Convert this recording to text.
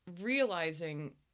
realizing